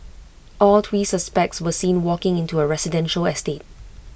all three suspects were seen walking into A residential estate